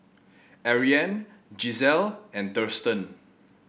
Ariane Gisselle and Thurston